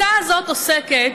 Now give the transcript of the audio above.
הצעת החוק הפכה